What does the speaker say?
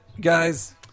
guys